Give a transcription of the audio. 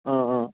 অঁ অঁ